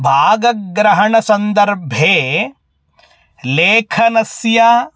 भाग्रहणसन्दर्भे लेखनस्य